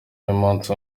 y’umunsi